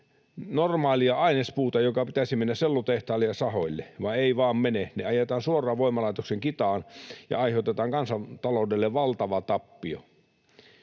normaalia ainespuuta, jonka pitäisi mennä sellutehtaille ja sahoille. Vaan eivät vaan mene. Ne ajetaan suoraan voimalaitoksen kitaan ja aiheutetaan kansantaloudelle valtava tappio.